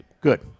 Good